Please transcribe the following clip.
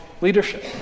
leadership